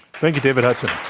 thank you, david hudson.